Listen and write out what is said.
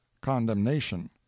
condemnation